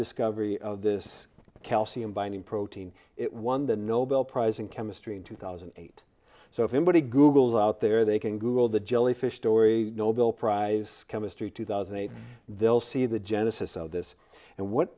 discovery of this calcium binding protein it won the nobel prize in chemistry in two thousand and eight so if anybody googles out there they can google the jelly fish story nobel prize chemistry two thousand and eight they'll see the genesis of this and what